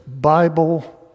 Bible